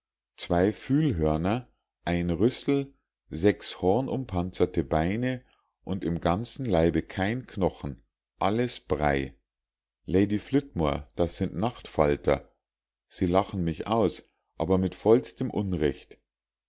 zwei fühlhörner ein rüssel sechs hornumpanzerte beine und im ganzen leibe kein knochen alles brei lady flitmore das sind nachtfalter sie lachen mich aus aber mit vollstem unrecht